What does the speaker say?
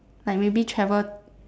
like maybe travel